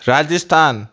Rajasthan